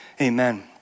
Amen